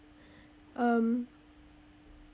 um